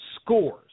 scores